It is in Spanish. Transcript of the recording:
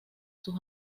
sus